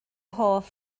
hoff